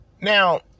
Now